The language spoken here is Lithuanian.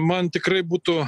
man tikrai būtų